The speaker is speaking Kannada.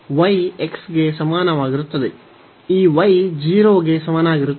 y x ಗೆ ಸಮಾನವಾಗಿರುತ್ತದೆ ಈ y 0 ಗೆ ಸಮನಾಗಿರುತ್ತದೆ